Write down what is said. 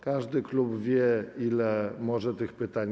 Każdy klub wie, ile może zadać pytań.